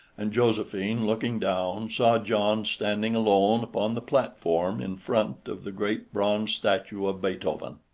and josephine, looking down, saw john standing alone upon the platform in front of the great bronze statue of beethoven.